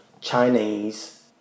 Chinese